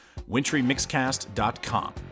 wintrymixcast.com